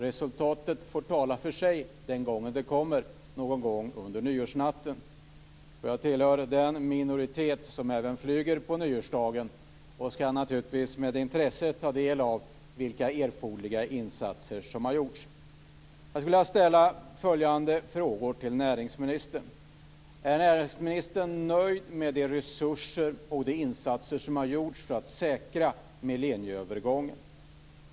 Resultatet får tala för sig självt den gången det kommer, någon gång under nyårsnatten. Jag tillhör den minoritet som även flyger på nyårsdagen och ska naturligtvis med intresse ta del av vilka erforderliga insatser som har gjorts. Jag skulle vilja ställa följande frågor till näringsministern: Är näringsministern nöjd med de resurser som funnits och de insatser som gjorts för att säkra millennieövergången?